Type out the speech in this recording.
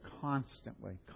constantly